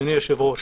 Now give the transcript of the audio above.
אדוני היושב-ראש,